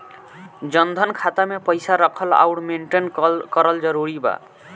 जनधन खाता मे पईसा रखल आउर मेंटेन करल जरूरी बा?